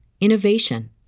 innovation